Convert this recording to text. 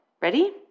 Ready